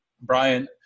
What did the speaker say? Brian